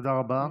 תודה רבה.